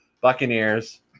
Buccaneers